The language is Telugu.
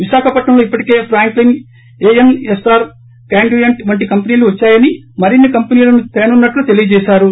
విశాఖపట్నంలో ఇప్పటికే ప్రాంక్లిన్ ఎఎన్ఎస్ఆర్ కాన్డ్యూయెంట్ వంటి కంపనీలు వద్చాయని మరిన్సి కంపినీలను తేనున్నట్లు తెలియజేశారు